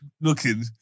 looking